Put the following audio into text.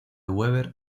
weber